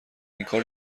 اینکار